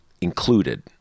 included